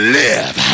live